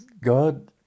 God